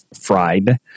fried